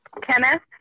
Kenneth